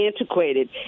antiquated